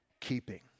keeping